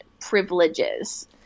privileges